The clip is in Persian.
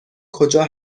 کجا